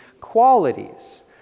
qualities